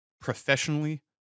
professionally